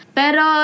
pero